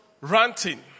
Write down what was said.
ranting